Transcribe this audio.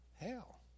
hell